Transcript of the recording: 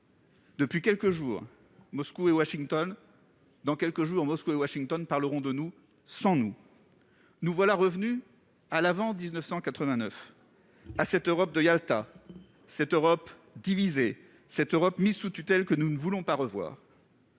Dans quelques jours, Moscou et Washington parleront de nous sans nous. Nous voilà donc revenus à l'avant-1989, à cette Europe de Yalta, cette Europe divisée, cette Europe mise sous tutelle, que nous ne voulons pas revoir.